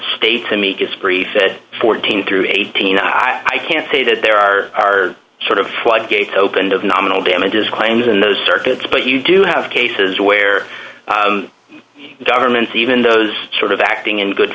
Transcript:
said fourteen through eighteen i can't say that there are sort of floodgates opened of nominal damages claims in those circuits but you do have cases where governments even those sort of acting in good